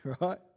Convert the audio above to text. right